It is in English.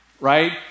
right